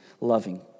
loving